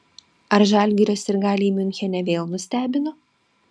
ar žalgirio sirgaliai miunchene vėl nustebino